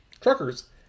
truckers